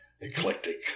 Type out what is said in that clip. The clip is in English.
eclectic